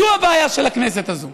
זו הבעיה של הכנסת הזאת.